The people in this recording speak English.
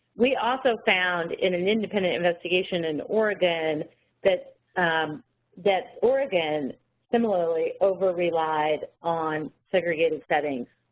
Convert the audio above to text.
we also found in an independent investigation in oregon that um that oregon similarly over-relied on segregated settings.